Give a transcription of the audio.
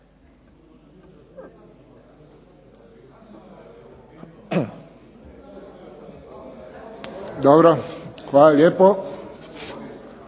Dobro. Hvala lijepo.